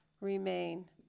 remain